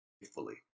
faithfully